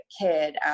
kid